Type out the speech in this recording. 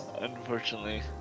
unfortunately